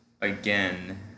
again